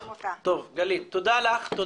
טוב, תודה לך, גלית.